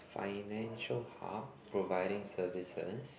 financial hub providing services